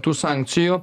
tų sankcijų